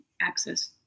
access